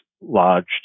Lodged